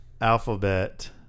Alphabet